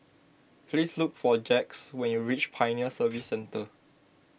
please look for Jax when you reach Pioneer Service Centre